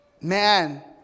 man